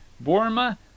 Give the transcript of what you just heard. burma